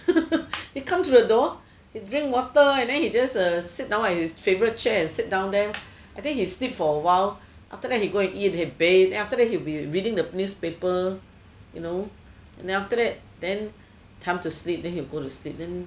he come through the door he drink water then he just uh sit down at his favourite chair and sit down there I think he sleep for a while after that he go and eat and bathe after that he will be reading the newspaper you know then after that time to sleep then he will go sleep